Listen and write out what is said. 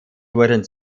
wurden